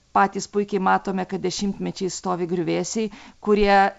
patys puikiai matome kad dešimtmečiais stovi griuvėsiai kurie